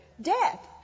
Death